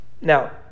Now